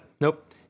Nope